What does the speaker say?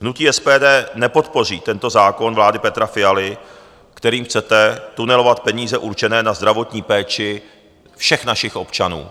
Hnutí SPD nepodpoří tento zákon vlády Petra Fialy, kterým chcete tunelovat peníze určené na zdravotní péči všech našich občanů.